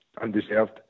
undeserved